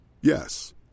Yes